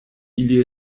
ili